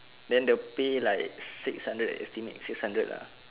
then the pay like six hundred estimate six hundred ah